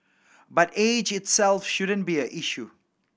but age itself shouldn't be an issue